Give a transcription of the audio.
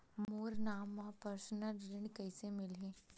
मोर नाम म परसनल ऋण कइसे मिलही?